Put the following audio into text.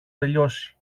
τελειώσει